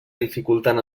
dificulten